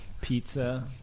pizza